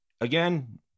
again